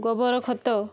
ଗୋବର ଖତ